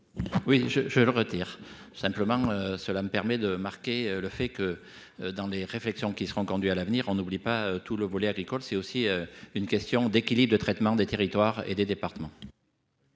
Oui je je le retire simplement cela me permet de marquer le fait que dans des réflexions qui seront conduits à l'avenir on n'oublie pas tout le volet agricole c'est aussi une question d'équilibre de traitement des territoires et des départements.